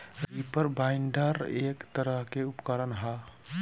reaper binder एक तरह के उपकरण ह